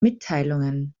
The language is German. mitteilungen